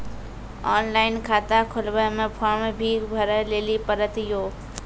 Online खाता खोलवे मे फोर्म भी भरे लेली पड़त यो?